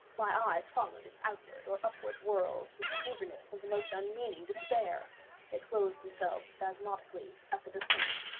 my eyes followed its outward or upward whirls with the eagerness of the most unmeaning despair they closed themselves spasmodically at the descent,